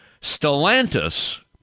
Stellantis